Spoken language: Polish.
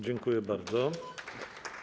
Dziękuję bardzo.